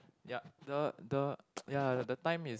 ya the the ya the time is